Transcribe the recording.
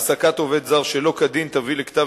העסקת עובד זר שלא כדין תביא לכתב